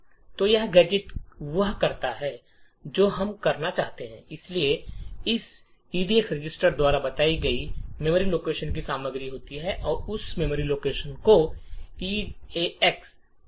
तो यह गैजेट वह करता है जो हम करना चाहते हैं इसलिए यह एडक्स रजिस्टर द्वारा बताई गई मेमोरी लोकेशन की सामग्री लेता है और उस सामग्री को ईएक्स रजिस्टर में जोड़ता है